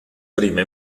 prima